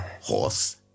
Horse